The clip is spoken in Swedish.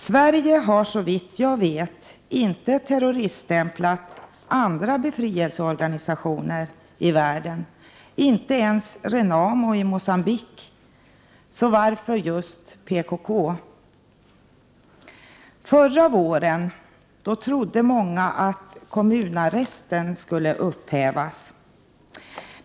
Sverige har, såvitt jag vet, inte terroriststämplat andra befrielseorganisationer i världen, inte ens RENAMO i Mogambique, så varför just PKK? Förra våren trodde många att kommunarresten skulle upphävas.